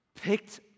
picked